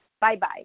Bye-bye